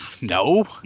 no